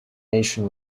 nation